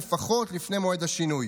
כיום הבנקים וחברות כרטיסי האשראי מחויבים,